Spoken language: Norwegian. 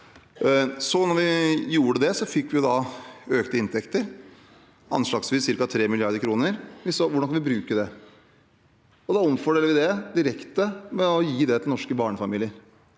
Da vi gjorde det, fikk vi økte inntekter, anslagsvis ca. 3 mrd. kr, og da så vi på hvordan vi kunne bruke det. Vi omfordeler det direkte ved å gi det til norske barnefamilier.